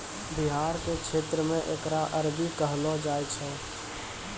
बिहार के क्षेत्र मे एकरा अरबी कहलो जाय छै